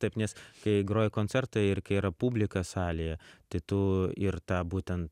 taip nes kai groji koncertą ir kai yra publika salėje tai tu ir ta būtent